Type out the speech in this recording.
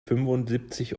fünfundsiebzig